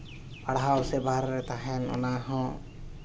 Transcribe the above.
ᱯᱟᱲᱦᱟᱣ ᱥᱮ ᱵᱟᱦᱨᱮ ᱨᱮ ᱛᱟᱦᱮᱱ ᱚᱱᱟ ᱦᱚᱸ